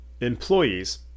employees